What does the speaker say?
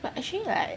but actually right mm